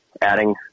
adding